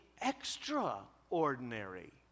extraordinary